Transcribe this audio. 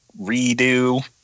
redo